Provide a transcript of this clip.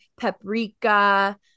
paprika